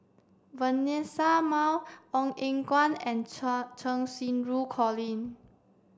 Vanessa Mae Ong Eng Guan and Cheng Xinru Colin